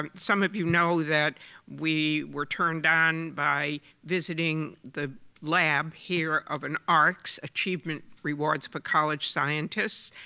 um some of you know that we were turned on by visiting the lab here of an arcs, achievement rewards for college scientists,